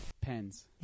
Pens